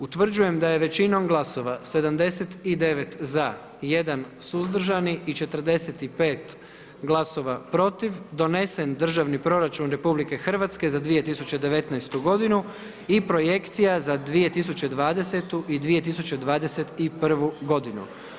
Utvrđujem da je većinom glasova 79 za i 1 suzdržani i 45 glasova protiv donesen Državni proračuna RH za 2019. i Projekcija za 2020. i 2021. godinu.